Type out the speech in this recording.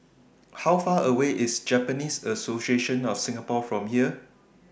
How Far away IS Japanese Association of Singapore from here